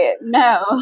no